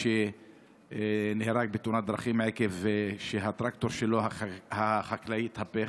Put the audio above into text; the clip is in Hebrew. שנהרג בתאונת דרכים מכיוון שהטרקטור החקלאי שלו התהפך.